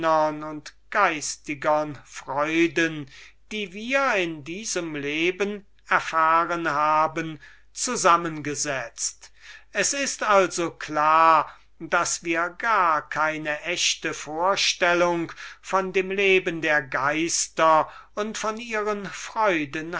und geistigern freuden die wir in diesem leben erfahren haben zusammengesetzt es ist also klar daß wir gar keine echte vorstellung von dem leben der geister und von ihren freuden